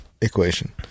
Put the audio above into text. equation